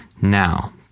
Now